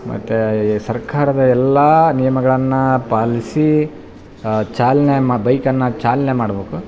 ಮತ್ತು ಈ ಸರ್ಕಾರದ ಎಲ್ಲ ನಿಯಮಗಳನ್ನು ಪಾಲಿಸಿ ಚಾಲನೆ ಮಾ ಬೈಕನ್ನು ಚಾಲನೆ ಮಾಡ್ಬೇಕು